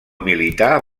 militar